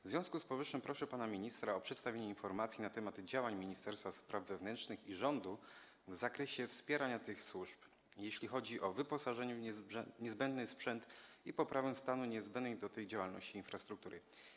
W związku z powyższym proszę pana ministra o przedstawienie informacji na temat działań Ministerstwa Spraw Wewnętrznych i rządu w zakresie wspierania tych służb, jeśli chodzi o wyposażenie w niezbędny sprzęt i poprawę stanu niezbędnej do tej działalności infrastruktury.